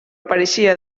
apareixia